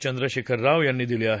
चंद्रशेखर राव यांनी दिले आहेत